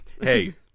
hey